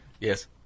Yes